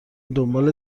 دنبال